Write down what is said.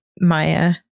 maya